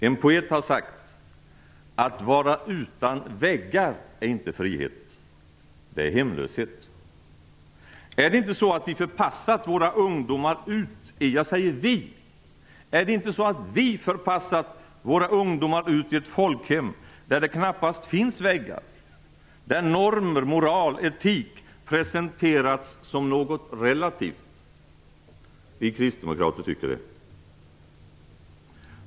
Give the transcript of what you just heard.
En poet har sagt: Att vara utan väggar är inte frihet. Det är hemlöshet. Har vi inte, jag säger vi, förpassat våra ungdomar ut i ett folkhem där det knappast finns väggar? Normer, moral och etik har presenterats som något relativt. Vi kristdemokrater tycker det.